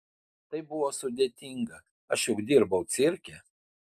tai buvo sudėtinga aš juk dirbau cirke